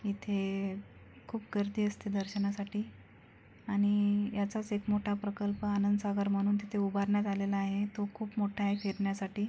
इथे खूप गर्दी असते दर्शनासाठी आणि याचाच एक मोठा प्रकल्प आनंद सागर म्हणून तिथे उभारण्यात आलेला आहे तो खूप मोठा आहे फिरण्यासाठी